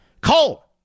Cole